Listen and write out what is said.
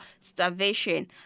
starvation